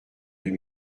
deux